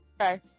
Okay